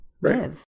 live